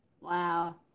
Wow